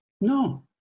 No